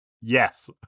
Yes